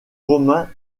romains